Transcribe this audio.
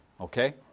Okay